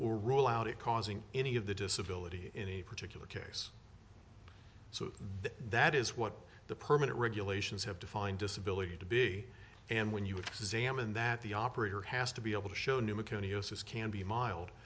or rule out it causing any of the disability in a particular case so that that is what the permanent regulations have defined disability to be and when you examine that the operator has to be able to show new macone osis can be mild